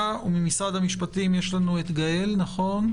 ממשרד המשפטים יש לנו את גאל יזרעאל